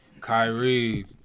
Kyrie